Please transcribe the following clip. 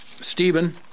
Stephen